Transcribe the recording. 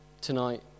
tonight